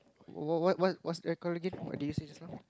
what what what's that called again what did you say just now